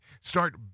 Start